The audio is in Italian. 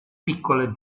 piccole